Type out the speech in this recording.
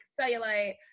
cellulite